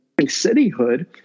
cityhood